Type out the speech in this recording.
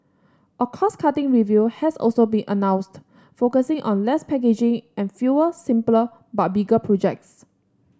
a cost cutting review has also been announced focusing on less packaging and fewer simpler but bigger projects